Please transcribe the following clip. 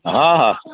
हा हा